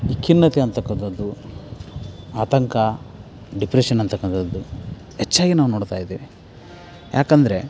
ಈ ಖಿನ್ನತೆ ಅಂತಕ್ಕಂತದ್ದು ಆತಂಕ ಡಿಪ್ರೆಶನ್ ಅಂತಕ್ಕಂತದ್ದು ಹೆಚ್ಚಾಗಿ ನಾವು ನೋಡ್ತಾಯಿದ್ದೇವೆ ಯಾಕೆಂದ್ರೆ